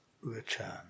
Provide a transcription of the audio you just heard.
return